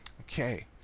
Okay